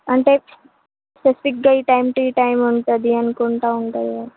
అంటే స్పెసిఫిక్గా ఈ టైం టు ఈ టైం ఉంటుంది అనుకుంటు ఉంటుంది